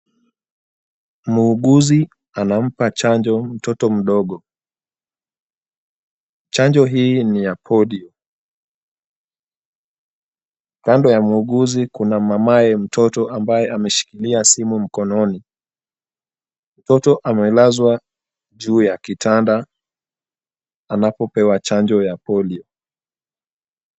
Muuguzi anampa chanjo mtoto mdogo, chanjo hii ni ya polio, kando ya muuguzi kuna mamaye mtoto ambaye ameshikilia simu mkononi, mtoto amelazwa juu ya kitanda anapopewa chanjo ya polio.